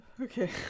Okay